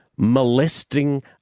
molesting